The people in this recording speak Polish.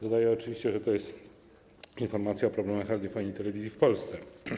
Dodaję oczywiście, że jest to informacja o problemach radiofonii i telewizji w Polsce.